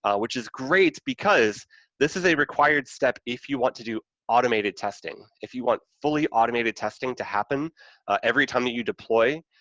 which is great, because this is a required step, if you want to do automated testing, if you want fully automated testing to happen every time that you deploy,